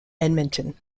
edmonton